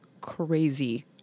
crazy